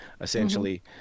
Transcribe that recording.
essentially